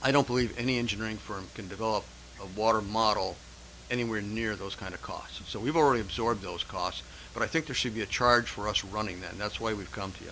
i don't believe any engineering firm can develop a water model anywhere near those kind of costs and so we've already absorbed those costs but i think there should be a charge for us running that and that's why we come to